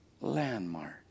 landmark